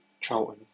Charlton